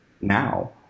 now